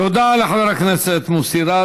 תודה לחבר הכנסת מוסי רז.